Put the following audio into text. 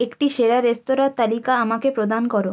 একটি সেরা রেস্তোরাঁর তালিকা আমাকে প্রদান করো